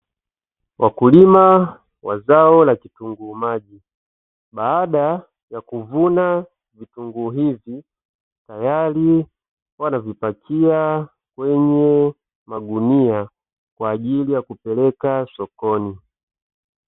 Wakulima wa zao la vitunguu maji, baada ya kuvuna vitunguu hivi tayari wanavipakia kwenye magunia kwa ajili ya kupeleka sokoni.